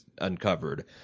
uncovered